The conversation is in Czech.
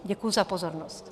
Děkuji za pozornost.